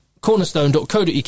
cornerstone.co.uk